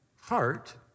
heart